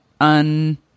un